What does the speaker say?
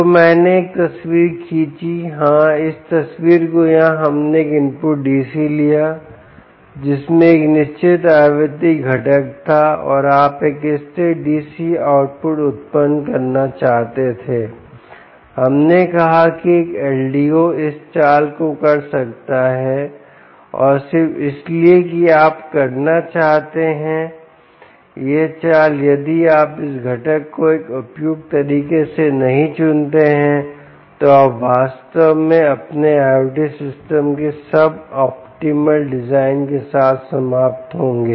तो मैंने एक तस्वीर खींची हाँ इस तस्वीर को यहाँ हमने एक इनपुट DC लिया जिसमें एक निश्चित आवृत्ति घटक था और आप एक स्थिर DC आउटपुट उत्पन्न करना चाहते थे हमने कहा कि एक LDO इस चाल को कर सकता है और सिर्फ इसलिए कि आप करना चाहते हैं यह चाल यदि आप इस घटक को एक उपयुक्त तरीके से नहीं चुनते हैं तो आप वास्तव में अपने IOT सिस्टम के सब ऑप्टिमल डिजाइन के साथ समाप्त होंगे